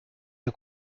der